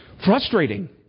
Frustrating